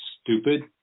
stupid